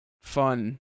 fun